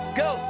go